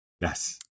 Yes